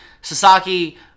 Sasaki